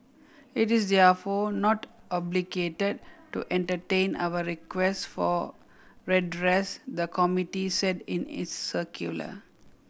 it is therefore not obligated to entertain our request for redress the committee said in its circular